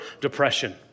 depression